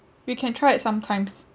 we can try it sometimes